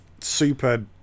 super